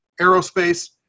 Aerospace